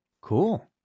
Cool